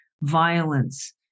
violence